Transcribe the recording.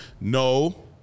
No